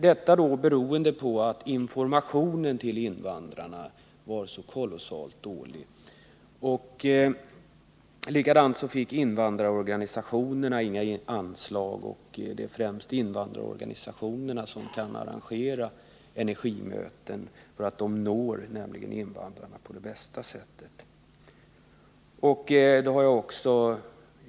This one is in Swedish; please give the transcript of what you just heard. Det beror på att informationen till invandrarna var så kolossalt dålig. Dessutom fick inte invandrarorganisationerna några anslag, och det är främst dessa organisationer som kan arrangera energimöten som på bästa sätt når invandrarna.